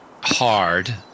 hard